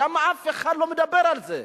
למה אף אחד לא מדבר על זה?